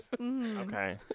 Okay